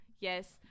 Yes